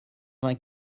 vingt